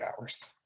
hours